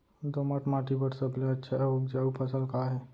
दोमट माटी बर सबले अच्छा अऊ उपजाऊ फसल का हे?